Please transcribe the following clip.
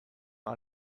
out